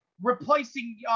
replacing